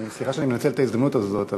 סליחה שאני מנצל את ההזדמנות הזאת,